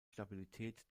stabilität